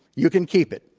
you can keep it.